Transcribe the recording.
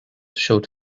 showed